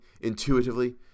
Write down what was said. intuitively